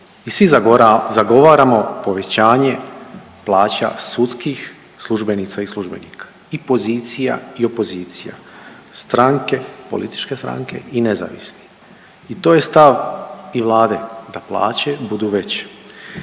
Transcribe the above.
Svi zagovaramo povećanje plaća sudskih službenica i službenika i pozicija i opozicija, stranke, političke stranke i nezavisne. I to je stav i Vlade da plaće budu veće.